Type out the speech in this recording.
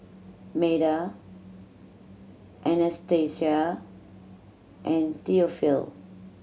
Meda Anastasia and Theophile